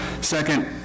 Second